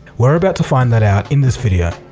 we're about to find that out in this video.